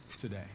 today